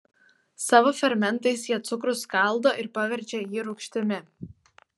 savo fermentais jie cukrų skaldo ir paverčia jį rūgštimi